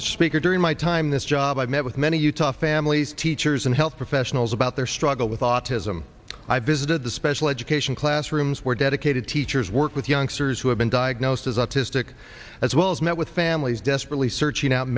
the speaker during my time this job i met with many utah families teachers and health professionals about their struggle with autism i visited the special education classrooms where dedicated teachers work with youngsters who have been diagnosed as autistic as well as met with families desperately searching out